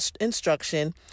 instruction